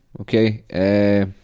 okay